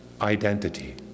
identity